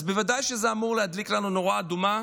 אז בוודאי שזה אמור להדליק לנו נורה אדומה,